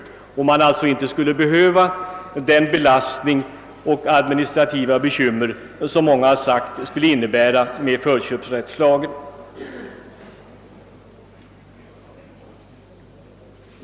Förköpsrätten skulle då inte behöva innebära den beslastning och de administrativa bekymmer som många befarat.